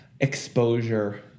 exposure